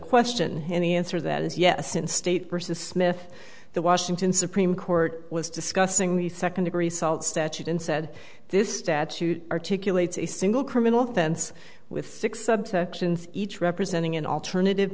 question any answer that is yes in state versus smith the washington supreme court was discussing the second degree salt statute and said this statute articulate a single criminal offense with six subsections each representing an alternative